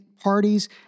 parties